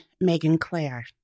Megan-Claire